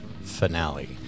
finale